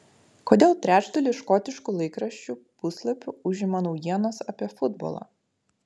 kodėl trečdalį škotiškų laikraščių puslapių užima naujienos apie futbolą